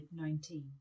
COVID-19